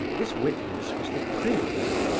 this witness was the prince,